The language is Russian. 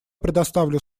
предоставлю